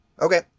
Okay